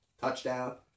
Touchdown